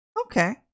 okay